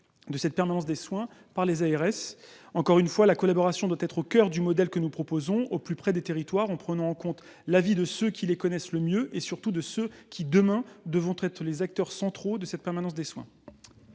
par les agences régionales de santé. Encore une fois, la collaboration doit être au coeur du modèle que nous proposons, au plus près des territoires, en prenant en compte l'avis de ceux qui les connaissent le mieux et surtout de ceux qui, demain, devront être les acteurs centraux de la permanence des soins.